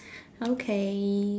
okay